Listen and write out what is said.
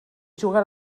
juga